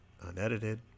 unedited